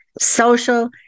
Social